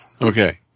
Okay